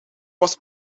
was